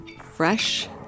fresh